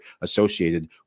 associated